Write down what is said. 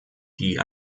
die